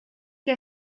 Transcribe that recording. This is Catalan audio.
que